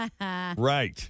Right